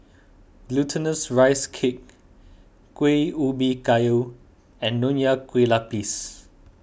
Glutinous Rice Cake Kuih Ubi Kayu and Nonya Kueh Lapis